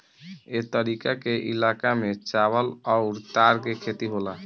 ए तरीका के इलाका में चावल अउर तार के खेती होला